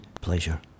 pleasure